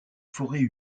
forêts